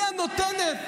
היא הנותנת.